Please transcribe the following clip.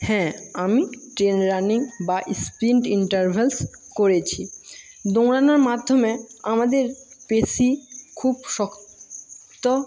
হ্যাঁ আমি train running বা স্প্রিন্ট ইন্টারভ্যালস করেছি দৌড়ানোর মাধ্যমে আমাদের পেশি খুব শক্ত